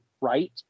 right